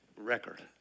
record